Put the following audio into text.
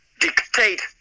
dictate